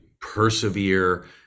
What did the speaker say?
persevere